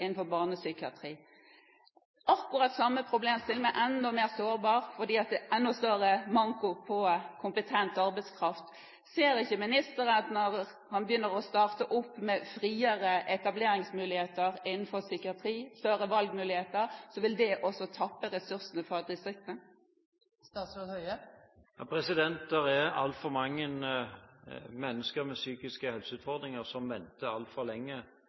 innenfor barnepsykiatri. Det er akkurat samme problemstilling, men enda mer sårbart, fordi det er enda større manko på kompetent arbeidskraft. Ser ikke ministeren at når han begynner med friere etableringsmuligheter innenfor psykiatri og større valgmuligheter, så vil det også tappe ressursene fra distriktene? Det er altfor mange mennesker med psykiske helseutfordringer som venter altfor lenge